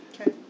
Okay